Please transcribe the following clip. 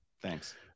thanks